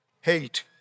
hate